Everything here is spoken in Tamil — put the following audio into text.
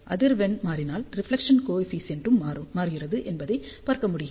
அதிர்வெண் மாறினால் ரிஃப்லெக்ஷன் கோ எஃபிசியண்ட் ம் மாறுகிறது என்பதை பார்க்க முடிகிறது